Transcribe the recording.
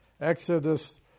Exodus